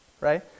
right